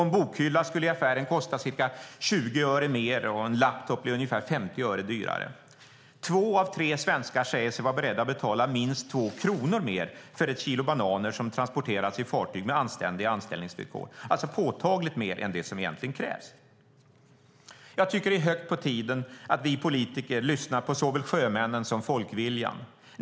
En bokhylla skulle i affären kosta ca 20 öre mer, och en laptop skulle bli ungefär 50 öre dyrare. Två av tre svenskar säger sig vara beredda att betala minst 2 kronor mer för ett kilo bananer som transporterats i fartyg med anständiga anställningsvillkor, alltså påtagligt mer än det som egentligen krävs. Jag tycker att det är hög tid att vi politiker lyssnar på såväl sjömännen som folkviljan.